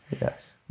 Yes